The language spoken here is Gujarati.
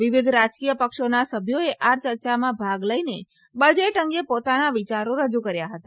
વિવિધ રાજકીય પક્ષોના સભ્યોએ આ ચર્ચામાં ભાગ લઇને બજેટ અંગે પોતાના વિચારો રજુ કર્યા હતા